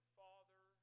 father